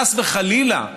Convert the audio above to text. חס וחלילה,